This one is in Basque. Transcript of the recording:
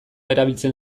erabiltzen